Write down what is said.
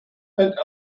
and